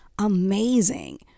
Amazing